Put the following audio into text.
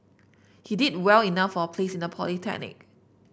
he did well enough for a place in a polytechnic